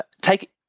take